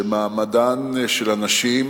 שמעמדן של הנשים